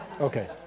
Okay